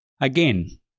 Again